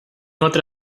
otra